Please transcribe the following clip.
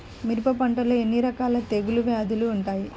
మిరప పంటలో ఎన్ని రకాల తెగులు వ్యాధులు వుంటాయి?